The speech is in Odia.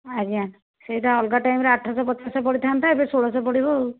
ଆଜ୍ଞା ସେଇଟା ଅଲଗା ଟାଇମରେ ଆଠଶହ ପଚାଶ ପଡ଼ିଥାନ୍ତା ଏବେ ଷୋଳଶହ ପଡ଼ିବ ଆଉ